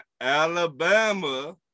Alabama